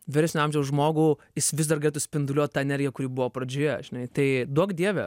vyresnio amžiaus žmogų jis vis dar galėtų spinduliuot tą energiją kuri buvo pradžioje žinai tai duok dieve